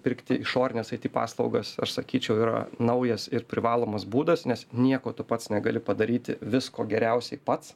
pirkti išorines aiti paslaugas aš sakyčiau yra naujas ir privalomas būdas nes nieko tu pats negali padaryti visko geriausiai pats